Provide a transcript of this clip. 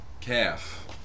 calf